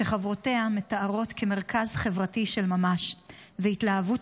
שחברותיה מתארות כמרכז חברתי של ממש ועם התלהבות